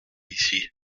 ici